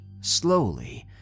slowly